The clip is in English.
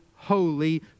holy